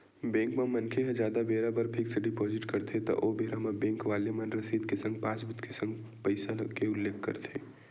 bank म मनखे ह जादा बेरा बर फिक्स डिपोजिट करथे त ओ बेरा म बेंक वाले मन रसीद के संग पासबुक के संग पइसा के उल्लेख करथे